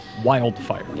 wildfire